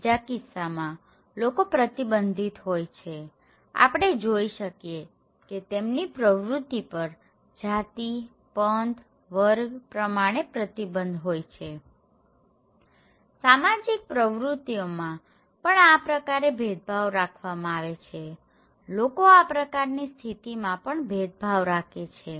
બીજા કિસ્સામાં લોકો પ્રતિબન્ધીત હોય છેઆપણે જોઈ શકીએ કે તેમની પ્રવૃત્તિ પર જાતિપંથ વર્ગ પ્રમાણે પ્રતિબંધ હોય છે સામાજિક પ્રવૃત્તિઓમાં પણ આ પ્રકારે ભેદભાવ રાખવામાં આવે છેલોકો આ પ્રકારની સ્થિતિમાં પણ ભેદભાવ રાખે છે